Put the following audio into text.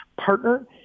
partner